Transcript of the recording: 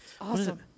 awesome